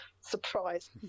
surprise